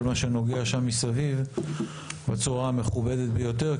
מה שנוגע לזה מסביב בצורה המכובדת ביותר,